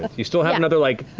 but you still have another, like,